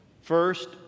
First